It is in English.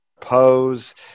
pose